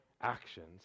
actions